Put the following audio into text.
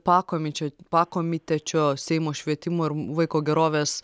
pakomičio pakomitečio seimo švietimo ir vaiko gerovės